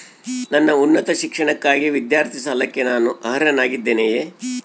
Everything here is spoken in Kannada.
ನನ್ನ ಉನ್ನತ ಶಿಕ್ಷಣಕ್ಕಾಗಿ ವಿದ್ಯಾರ್ಥಿ ಸಾಲಕ್ಕೆ ನಾನು ಅರ್ಹನಾಗಿದ್ದೇನೆಯೇ?